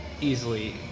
easily